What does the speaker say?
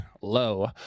low